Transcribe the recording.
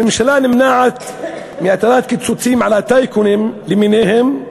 הממשלה נמנעת מהטלת קיצוצים על הטייקונים למיניהם,